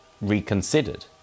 reconsidered